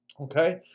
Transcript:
Okay